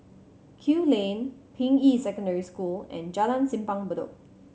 Kew Lane Ping Yi Secondary School and Jalan Simpang Bedok